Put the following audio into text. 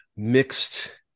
mixed